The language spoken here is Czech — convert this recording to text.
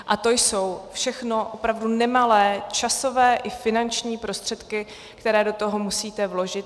A to jsou všechno opravdu nemalé časové i finanční prostředky, které do toho musíte vložit.